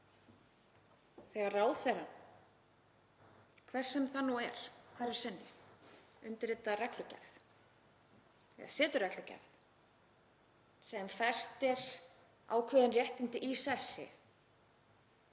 þegar ráðherra, hver sem það nú er hverju sinni, undirritar reglugerð, setur reglugerð, sem festir ákveðin réttindi í sessi,